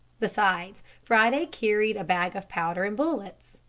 besides friday carried a bag of powder and bullets.